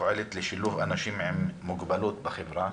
הפועלת לשילוב אנשים עם מוגבלות בחברה,